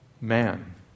man